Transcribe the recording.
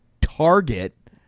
target